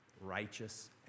righteous